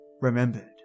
remembered